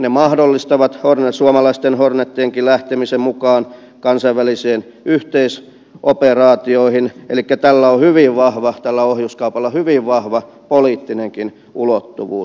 ne mahdollistavat suomalaisten hornetienkin lähtemisen mukaan kansainvälisiin yhteisoperaatioihin elikkä tällä ohjuskaupalla on hyvin vahva poliittinenkin ulottuvuus